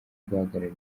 guhagarara